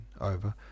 over